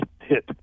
hit